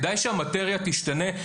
כדאי שהמטריה תשתנה.